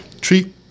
treat